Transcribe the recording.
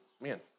man